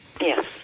Yes